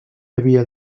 havia